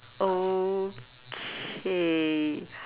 okay